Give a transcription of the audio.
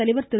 தலைவர் திரு